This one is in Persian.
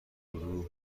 گروه